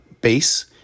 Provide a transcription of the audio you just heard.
base